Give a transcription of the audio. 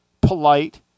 polite